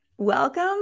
Welcome